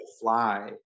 fly